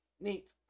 Neat